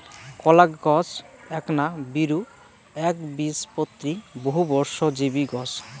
কলাগছ এ্যাকনা বীরু, এ্যাকবীজপত্রী, বহুবর্ষজীবী গছ